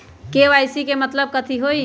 KYC के मतलब कथी होई?